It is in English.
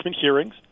hearings